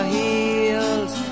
heels